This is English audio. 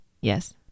yes